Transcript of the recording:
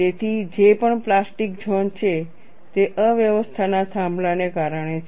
તેથી જે પણ પ્લાસ્ટિક ઝોન છે તે અવ્યવસ્થા ના થાંભલાને કારણે છે